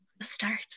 start